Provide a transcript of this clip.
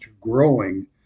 growing